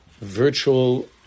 virtual